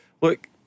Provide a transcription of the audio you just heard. look